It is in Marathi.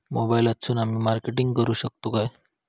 मोबाईलातसून आमी मार्केटिंग करूक शकतू काय?